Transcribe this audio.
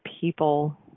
People